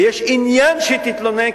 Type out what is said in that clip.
ויש עניין שהיא תתלונן,